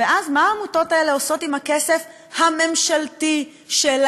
ואז מה העמותות האלה עושות עם הכסף הממשלתי שלנו,